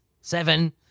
seven